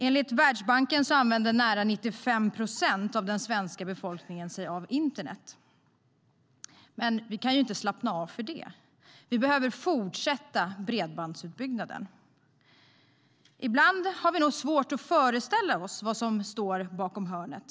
Enligt Världsbanken använder nära 95 procent av den svenska befolkningen sig av internet. Men vi kan inte slappna av för det. Vi behöver fortsätta bredbandsutbyggnaden. Ibland har vi nog svårt att föreställa oss vad som finns bakom hörnet.